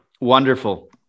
Wonderful